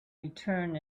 return